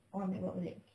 oh ambil bawa balik